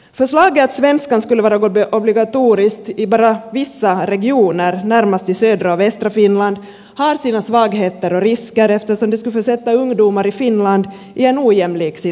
förslaget att svenskan skulle vara obligatorisk bara i vissa regioner närmast i södra och västra finland har sina svagheter och risker eftersom det skulle försätta ungdomar i finland i en ojämlik situation